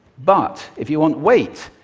but if you want weight,